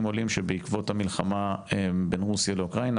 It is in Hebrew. עולים בעקבות המלחמה בין רוסיה לאוקראינה,